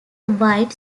wide